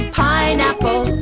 pineapple